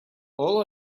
all